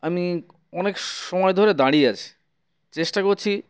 আমি অনেক সময় ধরে দাঁড়িয়ে আছি চেষ্টা করছি